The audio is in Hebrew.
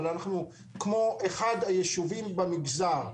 אבל אנחנו כמו אחד היישובים במגזר,